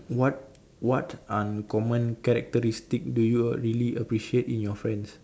what what uncommon characteristic do you really appreciate in your friends